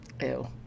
Ew